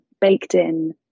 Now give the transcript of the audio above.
baked-in